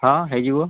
ହଁ ହେଇଯିବ